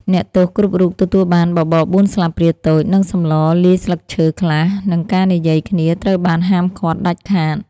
អ្នកទោសគ្រប់រូបទទួលបាន បបរបួនស្លាបព្រាតូច និងសម្លលាយស្លឹកឈើខ្លះ និងការនិយាយគ្នាត្រូវបានហាមឃាត់ ដាច់ខាត ។